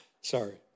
Sorry